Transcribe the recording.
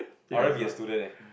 I rather be a student eh